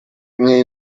ней